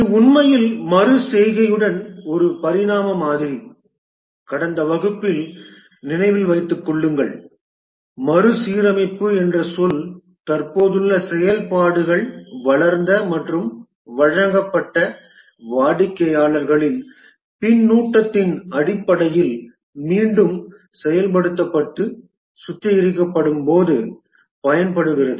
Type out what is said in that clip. இது உண்மையில் மறு செய்கையுடன் ஒரு பரிணாம மாதிரி கடந்த வகுப்பில் நினைவில் வைத்துக் கொள்ளுங்கள் மறுசீரமைப்பு என்ற சொல் தற்போதுள்ள செயல்பாடுகள் வளர்ந்த மற்றும் வழங்கப்பட்ட வாடிக்கையாளர்களின் பின்னூட்டத்தின் அடிப்படையில் மீண்டும் செயல்படுத்தப்பட்டு சுத்திகரிக்கப்படும்போது பயன்படுத்தப்படுகிறது